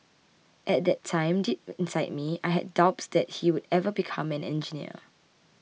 at that time deep inside me I had doubts that he would ever become an engineer